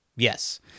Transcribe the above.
Yes